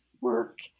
work